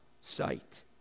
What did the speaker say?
sight